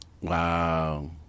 Wow